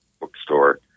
bookstore